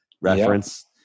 reference